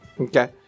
Okay